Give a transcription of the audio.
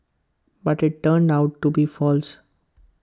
but IT turned out to be false